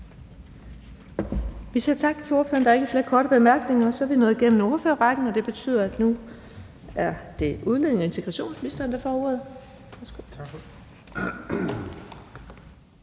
Vi siger tak til ordføreren. Der er ikke flere korte bemærkninger. Så er vi nået igennem ordførerrækken, og det betyder, at det nu er udlændinge- og integrationsministeren, der får ordet.